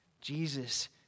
Jesus